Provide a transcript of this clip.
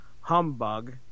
Humbug